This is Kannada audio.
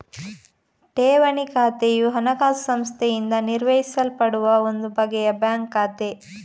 ಠೇವಣಿ ಖಾತೆಯು ಹಣಕಾಸು ಸಂಸ್ಥೆಯಿಂದ ನಿರ್ವಹಿಸಲ್ಪಡುವ ಒಂದು ಬಗೆಯ ಬ್ಯಾಂಕ್ ಖಾತೆ